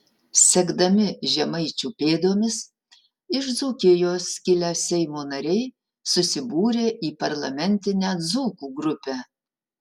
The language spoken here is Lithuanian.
sekdami žemaičių pėdomis iš dzūkijos kilę seimo nariai susibūrė į parlamentinę dzūkų grupę